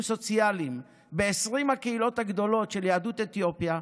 סוציאליים ב-20 הקהילות הגדולות של יהדות אתיופיה,